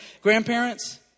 Grandparents